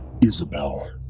Isabel